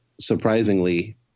surprisingly